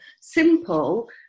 simple